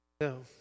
No